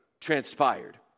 transpired